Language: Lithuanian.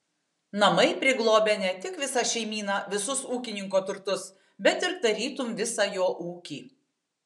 namai priglobia ne tik visą šeimyną visus ūkininko turtus bet ir tarytum visą jo ūkį